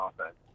offense